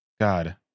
God